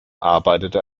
arbeitete